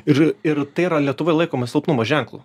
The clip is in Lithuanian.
ir ir tai yra lietuvoj laikoma silpnumo ženklu